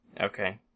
Okay